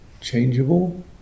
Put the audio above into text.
changeable